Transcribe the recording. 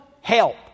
help